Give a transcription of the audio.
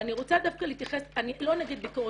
ואני רוצה דווקא להתייחס אני לא נגד ביקורת,